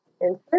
insert